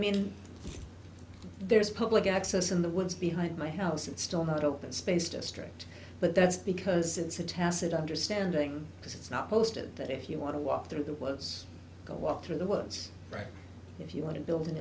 mean there is public access in the woods behind my house and still not open space district but that's because it's a tacit understanding because it's not posted that if you want to walk through there was a walk through the woods right if you want to build an